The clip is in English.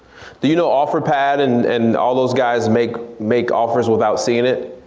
do you know offerpad and and all those guys make make offers without seeing it?